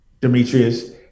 Demetrius